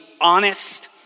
honest